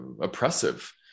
oppressive